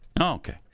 okay